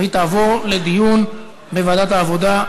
והיא תועבר לדיון בוועדת העבודה,